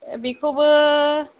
ओ बेखौबो